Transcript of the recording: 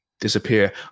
disappear